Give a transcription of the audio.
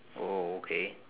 oh okay